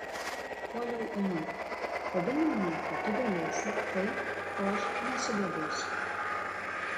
puoliau ūmai kodėl manai kad tu galėsi tai ko aš nesugebėsiu